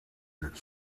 that